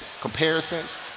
comparisons